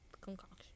concoction